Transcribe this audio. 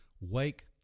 wake